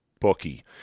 bookie